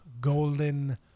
golden